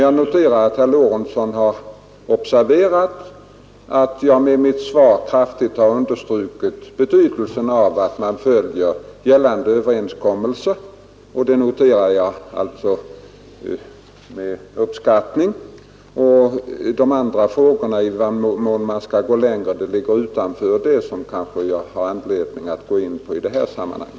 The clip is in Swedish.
Jag noterar med uppskattning att herr Lorentzon observerat att jag i mitt svar kraftigt understrukit betydelsen av att företagen följer gällande överenskommelser. De andra frågorna, i vad mån man skall gå längre, ligger utanför det som jag har anledning att gå in på i detta sammanhang.